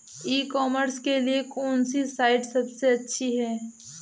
ई commerce के लिए कौनसी साइट सबसे अच्छी है?